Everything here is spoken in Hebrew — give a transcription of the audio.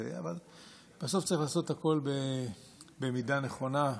אבל בסוף צריך לעשות הכול במידה הנכונה,